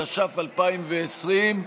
התש"ף 2020,